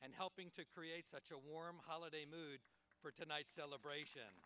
and helping to create such a warm holiday mood for tonight's celebration